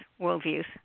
worldviews